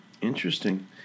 Interesting